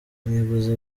umuyobozi